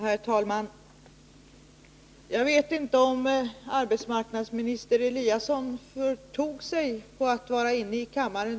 Herr talman! Jag vet inte om arbetsmarknadsminister Eliasson förra fredagen förtog sig på att vara inne i kammaren.